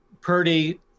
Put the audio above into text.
Purdy